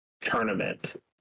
tournament